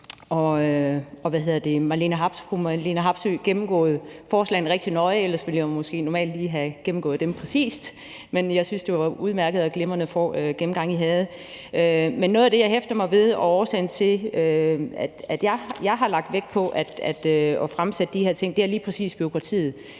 fru Marlene Harpsøe gennemgået forslagene meget nøje. Ellers ville jeg måske normalt lige have gennemgået dem grundigt, men jeg synes, det var en udmærket og glimrende gennemgang, I havde. Men noget af det, som jeg hæfter mig ved, og som er årsagen til, at jeg har lagt vægt på at fremsætte de her ting, er lige præcis bureaukratiet.